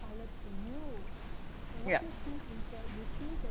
yup